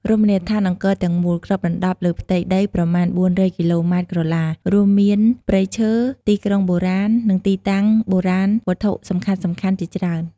រមណីយដ្ឋានអង្គរទាំងមូលគ្របដណ្តប់លើផ្ទៃដីប្រហែល ៤០០ គីឡូម៉ែត្រក្រឡា រួមមានព្រៃឈើ ទីក្រុងបុរាណ និងទីតាំងបុរាណវត្ថុសំខាន់ៗជាច្រើន។